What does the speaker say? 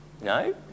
No